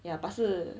ya but 是